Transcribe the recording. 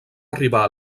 arribar